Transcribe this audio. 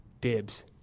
Dibs